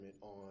on